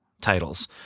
titles